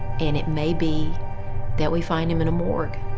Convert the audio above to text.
and it may be that we find him in a morgue.